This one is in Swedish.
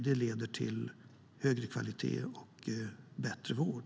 Det leder till högre kvalitet och bättre vård.